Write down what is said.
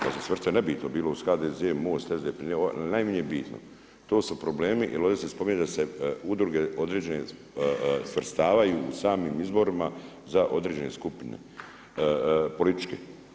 Da se svrste nebitno bilo uz HDZ, MOST, SDP, najmanje bitno, to su problemi jer ovdje se spominje da su udruge određene svrstavaju u samim izvorima za određene skupine političke.